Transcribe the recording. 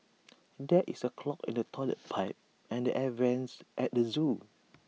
there is A clog in the Toilet Pipe and the air Vents at the Zoo